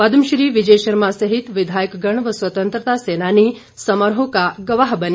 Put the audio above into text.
पदमश्री विजय शर्मा सहित कई विधायकगण व स्वतंत्रता सेनानी समारोह का गवाह बने